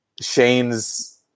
Shane's